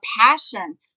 passion